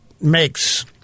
makes